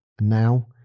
now